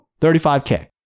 35K